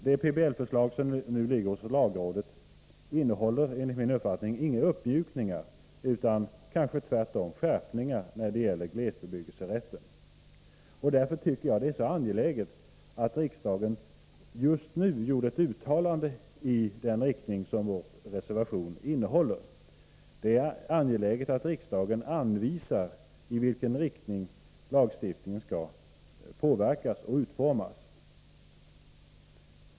Det PBL-förslag som ligger hos lagrådet innehåller, enligt min uppfattning, ingen uppmjukning utan kanske tvärtom skärpningar när det gäller glesbebyggelserätten. Därför är det angeläget att riksdagen just nu gör ett uttalande i den riktning som vår reservation anger. Det är angeläget att riksdagen anvisar i vilken riktning lagstiftningen skall påverkas och utformas.